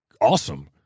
awesome